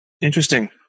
Interesting